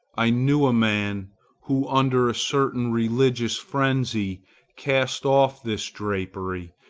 i knew a man who under a certain religious frenzy cast off this drapery,